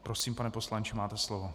Prosím, pane poslanče, máte slovo.